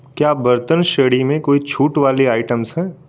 क्या बर्तन श्रेणी में कोई छूट वाली आइटम्स हैं